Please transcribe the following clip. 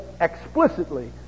explicitly